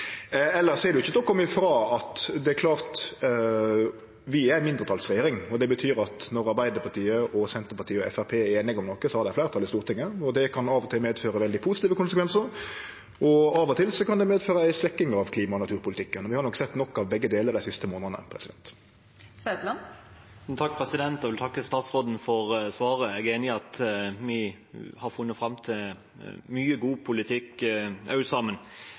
er det ikkje til å kome frå at vi er ei mindretalsregjering, og det betyr at når Arbeidarpartiet, Senterpartiet og Framstegspartiet er einige om noko, så har dei fleirtal i Stortinget. Det kan av og til få fleire positive konsekvensar, og av og til kan det medføre ei svekking av klima- og naturpolitikken. Vi har sett noko av begge delar dei siste månadene. Jeg vil takke statsråden for svaret. Jeg er enig i at vi har funnet fram til mye god politikk